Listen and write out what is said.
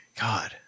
God